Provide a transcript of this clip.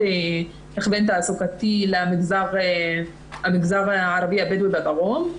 הכוון תעסוקתי למגזר הערבי הבדואי בדרום.